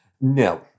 No